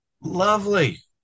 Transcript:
lovely